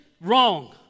wrong